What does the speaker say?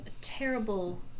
terrible